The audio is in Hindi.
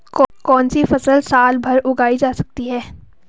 कौनसी फसल साल भर उगाई जा सकती है?